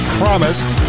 promised